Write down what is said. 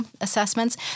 assessments